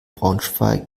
braunschweig